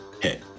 hit